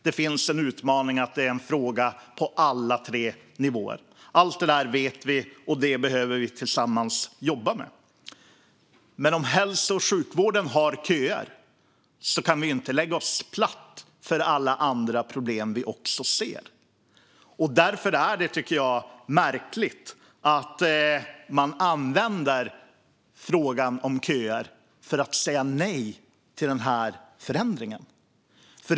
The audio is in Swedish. Det är en utmaning i sig att frågan berör alla tre nivåer. Allt det där vet vi, och det behöver vi tillsammans jobba med. Att hälso och sjukvården har köer innebär inte att man kan lägga sig platt för alla andra problem. Därför tycker jag att det är märkligt att man använder frågan om köer som argument för att säga nej till den här förändringen.